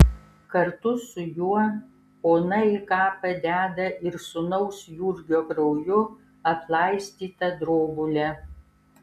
kartu su juo ona į kapą deda ir sūnaus jurgio krauju aplaistytą drobulę